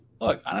Look